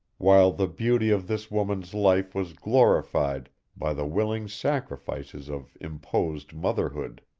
while the beauty of this woman's life was glorified by the willing sacrifices of imposed motherhood.